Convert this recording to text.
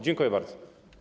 Dziękuję bardzo.